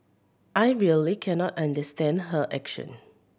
I really cannot understand her action